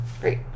Great